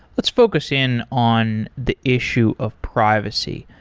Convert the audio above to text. let's focus in on the issue of privacy.